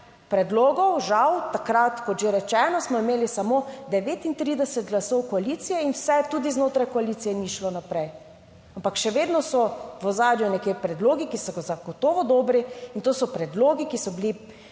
predlogov, žal takrat, kot že rečeno, smo imeli samo 39 glasov koalicije in vse tudi znotraj koalicije ni šlo naprej. Ampak še vedno so v ozadju nekje predlogi, ki so zagotovo dobri in to so predlogi, ki so bili